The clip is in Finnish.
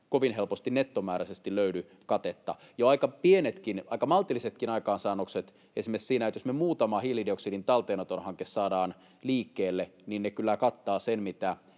kovin helposti nettomääräisesti löydy katetta. Jo aika maltillisetkin aikaansaannokset esimerkiksi sinä, että jos me muutama hiilidioksidin talteenoton hanke saadaan liikkeelle, niin ne kyllä kattavat sen, mitä